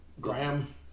graham